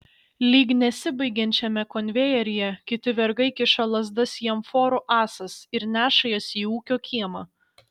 lyg nesibaigiančiame konvejeryje kiti vergai kiša lazdas į amforų ąsas ir neša jas į ūkio kiemą